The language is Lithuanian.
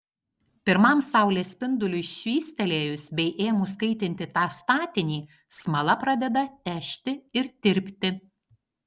pirmam saulės spinduliui švystelėjus bei ėmus kaitinti tą statinį smala pradeda težti ir tirpti